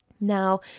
Now